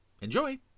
enjoy